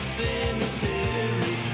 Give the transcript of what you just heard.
cemetery